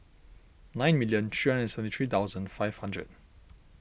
nine million three hundred and seventy three thousand five hundred